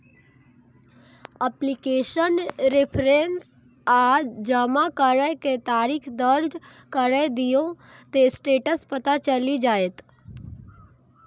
application reference आ जमा करै के तारीख दर्ज कैर दियौ, ते स्टेटस पता चलि जाएत